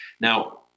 Now